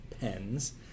pens